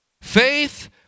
Faith